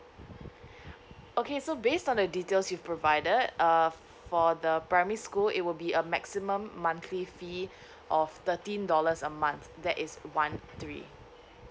okay so based on the details you've provided err for the primary school it will be a maximum monthly fee of thirteen dollars a month that is one three